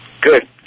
good